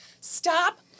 Stop